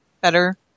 better